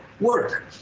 work